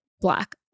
black